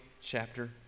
chapter